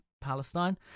Palestine